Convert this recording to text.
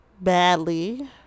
badly